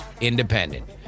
independent